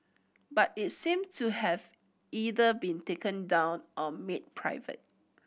but it seems to have either been taken down or made private